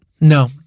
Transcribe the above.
No